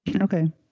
Okay